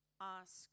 ask